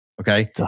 Okay